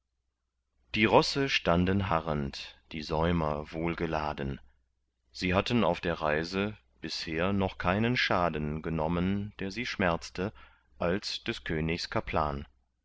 die rosse standen harrend die säumer wohl geladen sie hatten auf der reise bisher noch keinen schaden genommen der sie schmerzte als des königs kaplan